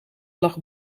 lag